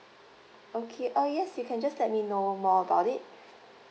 okay oh yes you can just let me know more about it